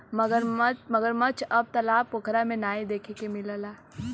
मगरमच्छ अब तालाब पोखरा में नाहीं देखे के मिलला